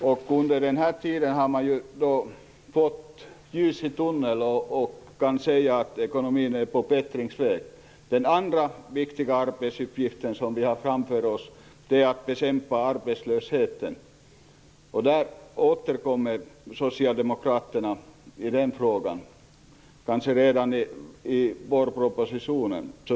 Under denna tid har vi fått ljus i tunneln, och vi kan säga att ekonomin är på bättringsvägen. Den andra viktiga arbetsuppgiften som vi har framför oss är att bekämpa arbetslösheten. I den frågan återkommer Socialdemokraterna kanske redan i vårpropositionen.